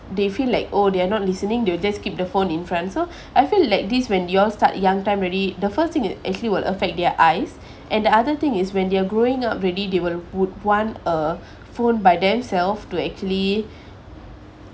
they feel like oh they're not listening they'll just keep the phone in front so I feel like this when you all start young time already the first thing it actually will affect their eyes and the other thing is when they're growing up already they would want a phone by themself to actually